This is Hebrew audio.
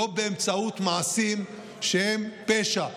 לא באמצעות מעשים שהם פשע: